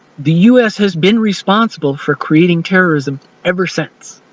the us has been responsible for creating terrorism ever since!